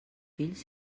fills